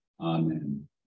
Amen